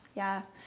yeah